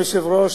ראש,